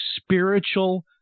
spiritual